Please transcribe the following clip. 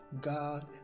God